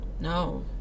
No